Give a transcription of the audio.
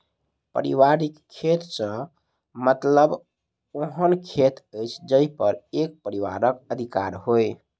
पारिवारिक खेत सॅ मतलब ओहन खेत अछि जाहि पर एक परिवारक अधिकार होय